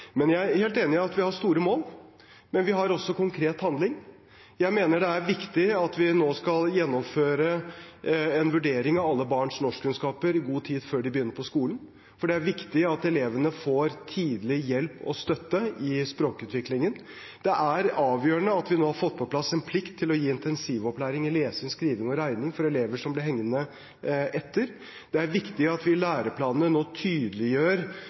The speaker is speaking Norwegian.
Jeg er helt enig i at vi har store mål, men vi har også konkret handling. Jeg mener det er viktig at vi nå skal gjennomføre en vurdering av alle barns norskkunnskaper i god tid før de begynner på skolen, for det er viktig at elevene får tidlig hjelp og støtte i språkutviklingen. Det er avgjørende at vi har fått på plass en plikt til å gi intensivopplæring i lesing, skriving og regning for elever som blir hengende etter. Det er viktig at vi i læreplanene tydeliggjør vektleggingen av de grunnleggende ferdighetene. Den satsingen vi nå